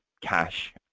cash